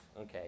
okay